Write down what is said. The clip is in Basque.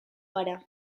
gara